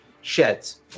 sheds